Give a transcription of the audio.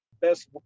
best